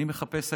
אני מחפש היום,